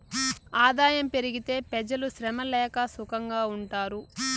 ఆదాయం పెరిగితే పెజలు శ్రమ లేక సుకంగా ఉంటారు